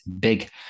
big